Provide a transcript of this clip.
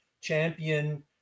champion